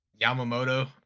Yamamoto